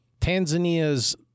Tanzania's